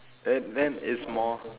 then then it's more